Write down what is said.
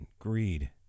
greed